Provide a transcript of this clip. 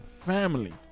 family